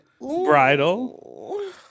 Bridal